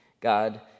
God